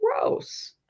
gross